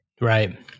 Right